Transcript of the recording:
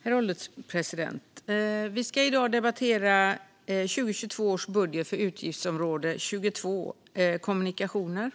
Herr ålderspresident! Vi ska i dag debattera 2022 års budget för utgiftsområde 22 Kommunikationer.